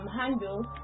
handle